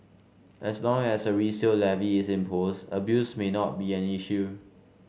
as long as a resale levy is imposed abuse may not be an issue